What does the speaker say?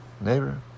Neighbor